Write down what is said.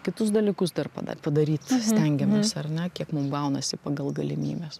kitus dalykus dar pada padaryt stengiamės ar ne kiek mum gaunasi pagal galimybes